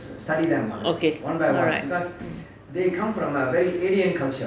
okay alright